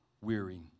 weary